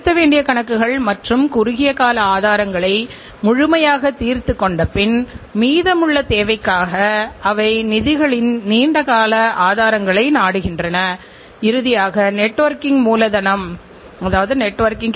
Honda அதில் ஒரு முக்கியஒரு நிறுவனம் இது ஸ்கூட்டர்கள் சந்தையில் மிகப்பெரிய சந்தைப் பங்கைக் கொண்டுள்ளது என்று நான் நினைக்கிறேன்